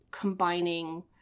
Combining